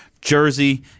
Jersey